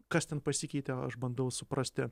kas ten pasikeitė o aš bandau suprasti